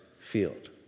field